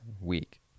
week